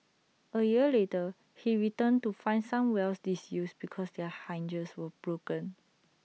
A year later he returned to find some wells disused because their hinges were broken